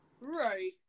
Right